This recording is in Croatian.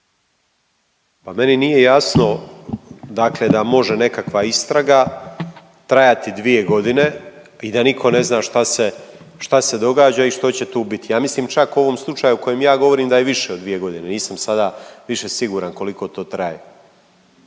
Pa meni nije jasno dakle da može nekakva istraga trajati dvije godine i da nitko ne zna što se događa i što će tu biti. Ja mislim čak u ovom slučaju o kojem ja govorim da je više od dvije godine, nisam sada više siguran koliko to traje.